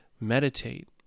meditate